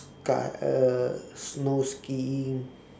sky err snow skiing